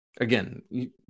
Again